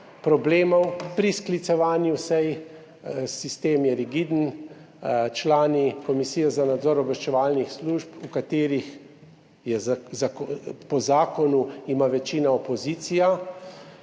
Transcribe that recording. problemov pri sklicevanju sej, sistem je rigiden. Člani komisije za nadzor obveščevalnih služb, v katerih ima po zakonu večino opozicija,